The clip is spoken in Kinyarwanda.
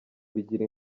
bigira